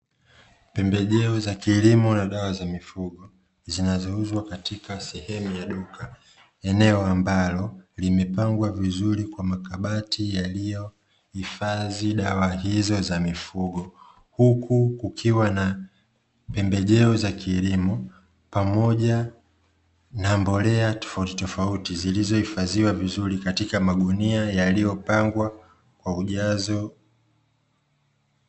Pembejeo za kilimo na dawa za mifugo, zinazouzwa katika sehemu ya duka, eneo ambalo limepangwa vizuri kwa makabati yaliyohifadhi dawa hizo za mifugo, huku kukiwa na pembejeo za kilimo pamoja na mbolea tofauti tofauti, zilizohifadhiwa vizuri katika magunia yaliyopangwa kwa ujazo.